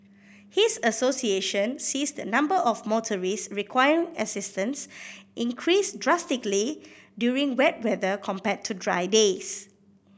his association sees the number of motorists requiring assistance increase drastically during wet weather compared to dry days